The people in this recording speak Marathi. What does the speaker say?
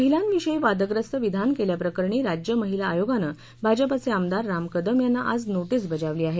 महिलांविषयी वादग्रस्त विधान केल्याप्रकरणी राज्य महिला आयोगानं भाजपाचे आमदार राम कदम यांना आज नोटीस बजावली आहे